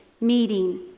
meeting